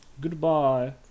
Goodbye